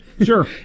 Sure